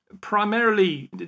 primarily